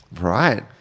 Right